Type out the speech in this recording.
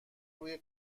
روی